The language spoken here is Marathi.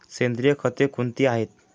सेंद्रिय खते कोणती आहेत?